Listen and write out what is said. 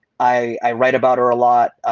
i write about her a lot.